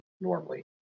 normally